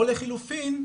או לחילופין,